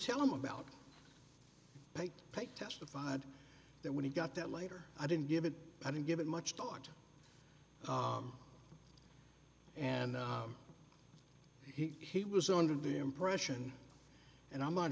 tell them about pay testified that when he got that later i didn't give it i didn't give it much thought and he was under the impression and i'm not